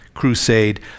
crusade